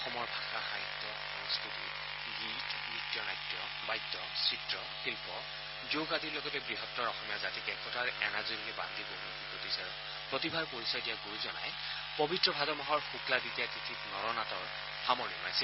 অসমৰ ভাষা সাহিত্য সংস্থতি গীত নৃত্য নাট্য বাদ্য চিত্ৰ শিন্ন যোগ আদিৰ লগতে বৃহত্তৰ অসমীয়া জাতিক একতাৰ এনাজৰীৰে বান্ধি বহুমুখী প্ৰতিভাৰ পৰিচয় দিয়া গুৰুজনাই পবিত্ৰ ভাদ মাহৰ শুক্লা দ্বিতীয়া তিথিত নৰ নাটৰ সামৰণি মাৰিছিল